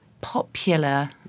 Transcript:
Popular